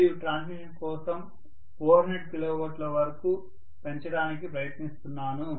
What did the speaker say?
మరియు ట్రాన్స్మిషన్ కోసం 400 కిలోవోల్ట్ల వరకు పెంచడానికి ప్రయత్నిస్తున్నాను